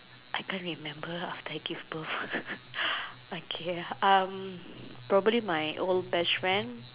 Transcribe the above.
I can't remember after I give birth okay um probably my old best friend